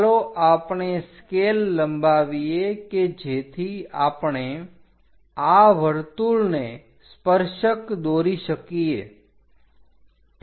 ચાલો આપણે સ્કેલ લંબાવીએ કે જેથી આપણે આ વર્તુળને સ્પર્શક દોરી શકીએ